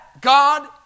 God